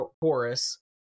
chorus